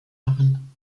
machen